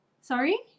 Sorry